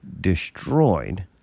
destroyed